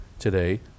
Today